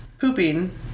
pooping